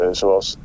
zoals